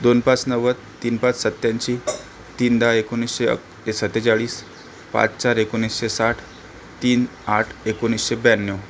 दोन पाच नव्वद तीन पाच सत्त्याऐंशी तीन दहा एकोणीसशे अक् सत्तेचाळीस पाच चार एकोणीसशे साठ तीन आठ एकोणीसशे ब्याण्णव